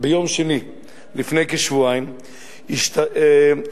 ביום שני לפני כשבועיים השתתפו,